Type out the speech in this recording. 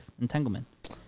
entanglement